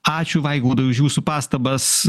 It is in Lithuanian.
ačiū vaigaidui už jūsų pastabas